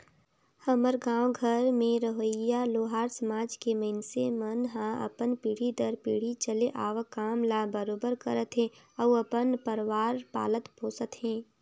हमर गाँव घर में रहोइया लोहार समाज के मइनसे मन ह अपन पीढ़ी दर पीढ़ी चले आवक काम ल बरोबर करत हे अउ अपन परवार पालत पोसत हे